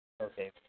Okay